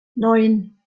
neun